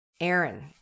Aaron